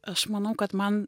aš manau kad man